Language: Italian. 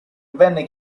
venne